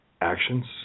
actions